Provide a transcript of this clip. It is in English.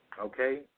okay